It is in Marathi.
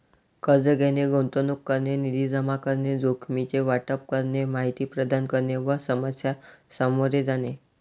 कर्ज घेणे, गुंतवणूक करणे, निधी जमा करणे, जोखमीचे वाटप करणे, माहिती प्रदान करणे व समस्या सामोरे जाणे